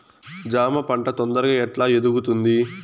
జామ పంట తొందరగా ఎట్లా ఎదుగుతుంది?